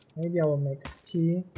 maybe i will make tea